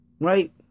right